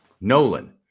Nolan